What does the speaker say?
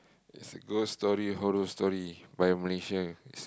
is a ghost story horror story by Malaysia is